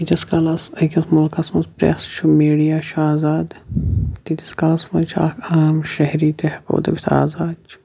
ییٖتِس کالَس أکِس مُلکَس منٛز پرٛیس چھُ میٖڈیا چھُ آزاد تیٖتِس کالَس منٛز چھُ اَکھ عام شہری تہِ ہٮ۪کو دٔپِتھ آزاد چھِ